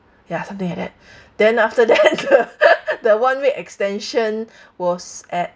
ya something like that then after that the one week extension was at